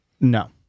No